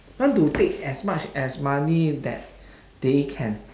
want to take as much as money that they can